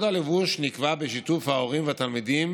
קוד הלבוש נקבע בשיתוף ההורים והתלמידים